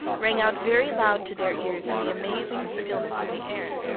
rang out very loud to their ears in the amazing stillness of the air.